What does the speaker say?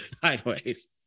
Sideways